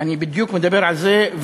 אני בדיוק מדבר על זה,